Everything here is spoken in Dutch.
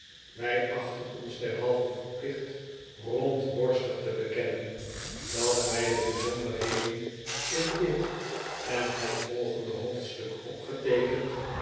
wij achten ons derhalve verplicht rondborstig te bekennen dat wij de bijzonderheden in dit en het volgende hpofdstuk opgeteekend